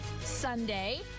Sunday